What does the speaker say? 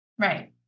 right